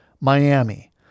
Miami